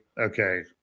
Okay